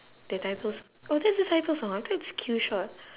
the title song oh that's the title song I thought it's killshot